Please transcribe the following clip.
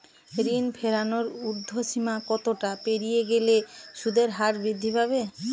ঋণ ফেরানোর উর্ধ্বসীমা কতটা পেরিয়ে গেলে সুদের হার বৃদ্ধি পাবে?